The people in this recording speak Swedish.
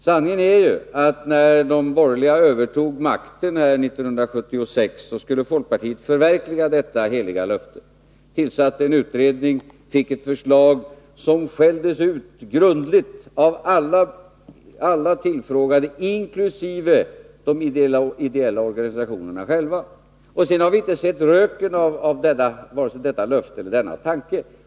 Sanningen är ju att när de borgerliga övertog makten 1976 skulle folkpartiet förverkliga detta heliga löfte, tillsatte en utredning och fick ett förslag — som skälldes ut grundligt av alla tillfrågade, inkl. de ideella organisationerna själva. Sedan har vi inte sett röken av vare sig detta löfte eller denna tanke.